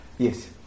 Yes